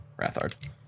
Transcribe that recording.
Rathard